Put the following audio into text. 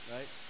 Right